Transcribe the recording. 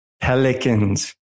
pelicans